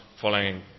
following